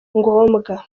ngombwa